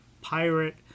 pirate